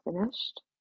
finished